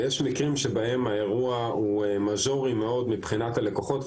ויש מקרים שבהם האירוע הוא מז'ורי מאוד מבחינת הלקוחות,